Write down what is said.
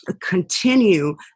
continue